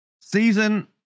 season